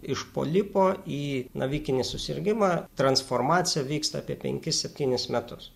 iš polipo į navikinį susirgimą transformacija vyksta apie penkis septynis metus